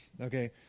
Okay